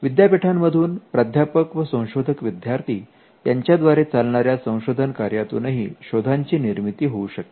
विद्यापीठांमधून प्राध्यापक व संशोधक विद्यार्थी यांच्या द्वारे चालणाऱ्या संशोधन कार्यातूनही शोधांची निर्मिती होऊ शकते